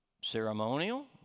Ceremonial